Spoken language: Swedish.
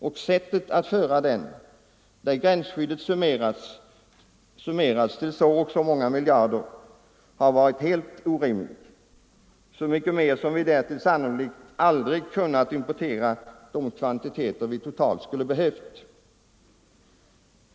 Och sättet att föra den, där gränsskyddet summerats till så och så många miljarder, har varit helt orimligt, så mycket mer som vi därtill sannolikt aldrig har kunnat importera de kvantiteter vi totalt skulle ha behövt.